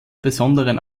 besonderen